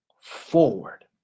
forward